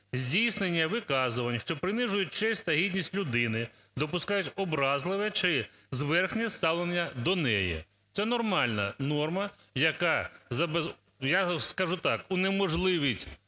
здійснення виказувань, що принижують честь та гідність людини, допускають образливе чи зверхнє ставлення до неї. Це нормальна норма, яка… я скажу так, унеможливить